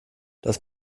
das